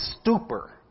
stupor